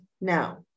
now